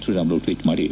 Sriramulu tweet ಮಾಡಿ